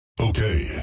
Okay